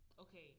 okay